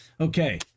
Okay